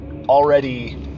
already